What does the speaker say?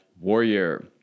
warrior